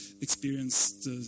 experienced